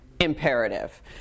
imperative